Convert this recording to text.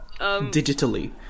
digitally